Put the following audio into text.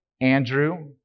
Andrew